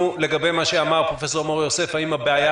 הבנו.